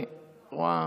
סליחה,